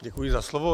Děkuji za slovo.